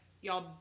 y'all